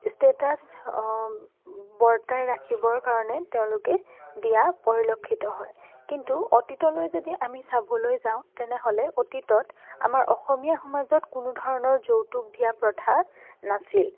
status বৰ্তাই ৰাখিবৰ কাৰণে তেওঁলোকে দিয়া পৰিলক্ষিত হয় কিন্তু অতীতলৈ যদি আমি চাবলৈ যাওঁ তেনেহ'লে অতীতত আমাৰ অসমীয়া সমাজত কোনো ধৰণৰ যৌতুক দিয়াৰ প্ৰথা নাছিল